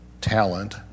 talent